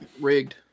Rigged